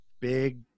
big